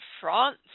France